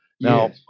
Now